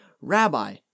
Rabbi